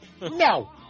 No